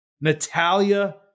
Natalia